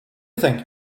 think